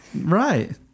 Right